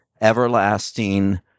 everlasting